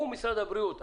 הוא משרד הבריאות.